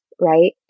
Right